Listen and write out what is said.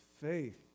faith